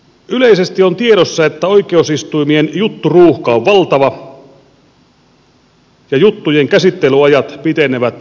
yleisesti on tiedossa että oikeusistuimien jutturuuhka on valtava ja juttujen käsittelyajat pitenevät jatkuvasti